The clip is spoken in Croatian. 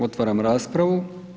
Otvaram raspravu.